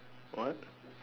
what